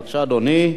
בבקשה, אדוני.